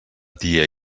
tia